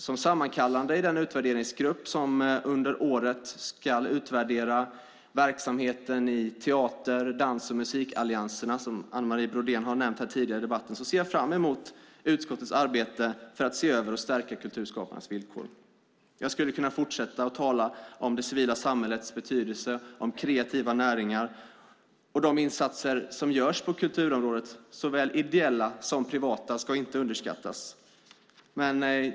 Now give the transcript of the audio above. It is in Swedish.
Som sammankallande i den utvärderingsgrupp som under året ska utvärdera verksamheten i teater-, dans och musikallianserna, som Anne Marie Brodén har nämnt tidigare i debatten, ser jag fram emot utskottets arbete för att se över och stärka kulturskaparnas villkor. Jag skulle kunna fortsätta att tala om det civila samhällets betydelse och om kreativa näringar. De insatser som görs på kulturområdet, såväl ideella som privata, ska inte underskattas.